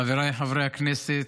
חבריי חברי הכנסת,